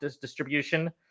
distribution